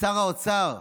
שר האוצר,